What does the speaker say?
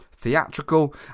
Theatrical